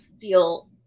feel